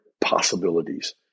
possibilities